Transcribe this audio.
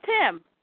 Tim